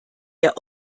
der